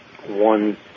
one